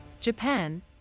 Japan